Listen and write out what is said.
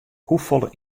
hoefolle